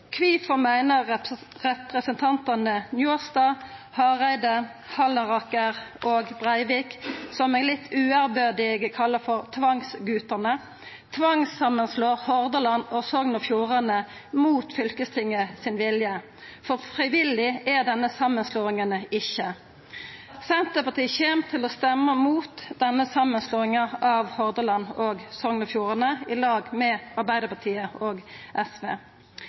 Kvifor meiner representantane Njåstad, Hareide, Halleraker og Breivik, som eg litt uærbødig kallar for tvangsgutane, tvangssamanslå Hordaland og Sogn og Fjordane mot fylkestinget si vilje, for frivillig er denne samanslåinga ikkje? Senterpartiet kjem til å røysta imot denne samanslåinga av Hordaland og Sogn og Fjordane, i lag med Arbeidarpartiet og SV.